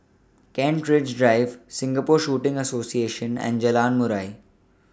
Kent Ridge Drive Singapore Shooting Association and Jalan Murai